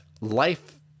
life